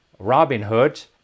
Robinhood